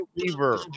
Weaver